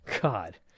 God